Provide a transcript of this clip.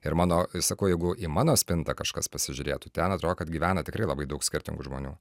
ir mano ir sakau jeigu į mano spintą kažkas pasižiūrėtų ten atrodo kad gyvena tikrai labai daug skirtingų žmonių